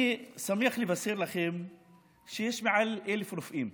אני שמח לבשר לכם שיש מעל ל-1,000 רופאים.